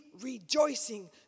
rejoicing